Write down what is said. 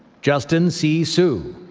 justin c. so